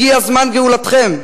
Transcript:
הגיע זמן גאולתכם,